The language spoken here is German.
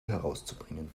herauszubringen